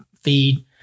feed